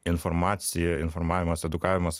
informacija informavimas edukavimas